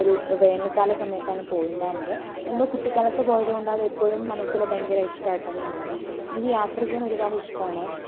ഒരു വേനൽക്കാല സമയത്താണ് പോയിട്ടുണ്ടായിരുന്നത് എന്തോ കുട്ടിക്കാലത്തു പോയതുകൊണ്ട് അതെപ്പോഴും മനസില് ഭയങ്കര ഇഷ്ടമായിട്ട് തന്നെയാണ് ഉള്ളത് എനിക്ക് യാത്ര ചെയ്യാൻ ഒരുപാടിഷ്ടമാണ്